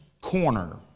Corner